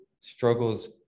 struggles